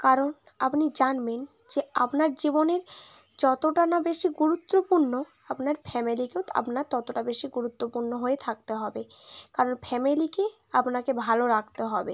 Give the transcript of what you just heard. কারণ আপনি জানবেন যে আপনার জীবনের যতটা না বেশি গুরুত্বপূর্ণ আপনার ফ্যামিলিকেও আপনার ততটা বেশি গুরুত্বপূর্ণ হয়ে থাকতে হবে কারণ ফ্যামিলিকে আপনাকে ভালো রাখতে হবে